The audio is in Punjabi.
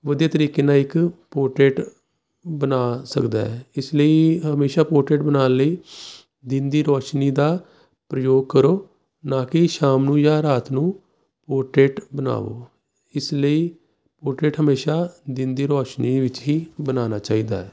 ਵਧੀਆ ਤਰੀਕੇ ਨਾਲ ਇੱਕ ਪੋਰਟਰੇਟ ਬਣਾ ਸਕਦਾ ਹੈ ਇਸ ਲਈ ਹਮੇਸ਼ਾ ਪੋਰਟਰੇਟ ਬਣਾਉਣ ਲਈ ਦਿਨ ਦੀ ਰੌਸ਼ਨੀ ਦਾ ਪ੍ਰਯੋਗ ਕਰੋ ਨਾ ਕਿ ਸ਼ਾਮ ਨੂੰ ਜਾਂ ਰਾਤ ਨੂੰ ਪੋਰਟਰੇਟ ਬਣਾਓ ਇਸ ਲਈ ਪੋਰਟਰੇਟ ਹਮੇਸ਼ਾ ਦਿਨ ਦੀ ਰੌਸ਼ਨੀ ਵਿੱਚ ਹੀ ਬਣਾਉਣਾ ਚਾਹੀਦਾ